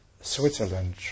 Switzerland